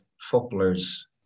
footballers